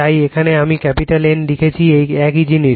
তাই এখানে আমি ক্যাপিটাল N লিখেছি একই জিনিস